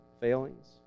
failings